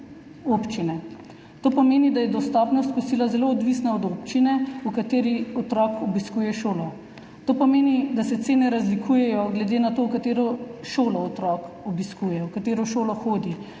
To pomeni, da je dostopnost kosila zelo odvisna od občine, v kateri otrok obiskuje šolo. To pomeni, da se cene razlikujejo glede na to, katero šolo otrok obiskuje, v katero šolo hodi,